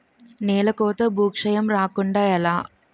నేలకోత భూక్షయం రాకుండ ఎలా?